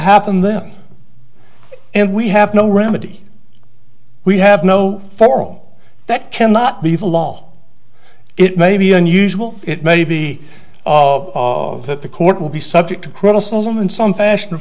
happen then and we have no remedy we have no for all that cannot be the law it may be unusual it may be that the court will be subject to criticism in some fashion